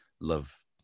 love